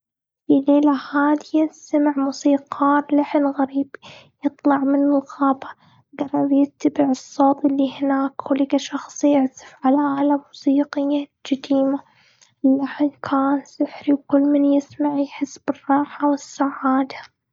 في ليلة هادية، سمع موسيقار لحن غريب يطلع من الغابة. قرر يتبع الصوت اللي هناك، ولقى شخص يعزف على آلة موسيقية قديمة. اللحن كان سحري، وكل من يسمع يحس بالراحة والسعادة.